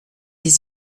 des